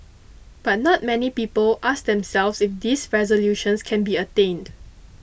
but not many people ask themselves if these resolutions can be attained